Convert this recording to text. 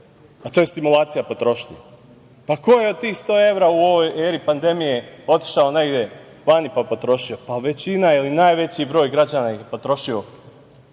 a to je stimulacija potrošnje? Pa, ko je tih 100 evra u ovoj eri pandemije otišao negde vani i potrošio? Većina ili najveći broj građana ih je potrošio